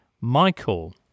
Michael